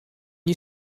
you